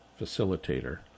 facilitator